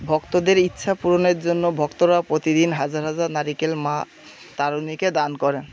ভক্তদের ইচ্ছা পূরণের জন্য ভক্তরা প্রতিদিন হাজার হাজার নারকেল মা তারিণীকে দান করেন